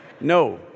No